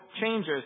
changes